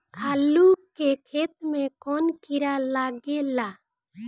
आलू के खेत मे कौन किड़ा लागे ला?